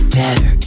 better